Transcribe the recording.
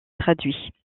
traduit